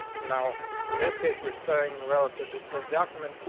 now, in this case, we're selling relative this document,